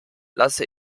lasse